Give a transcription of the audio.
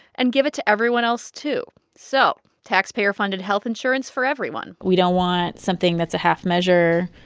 and give it to everyone else, too so taxpayer-funded health insurance for everyone we don't want something that's a half measure.